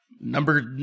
number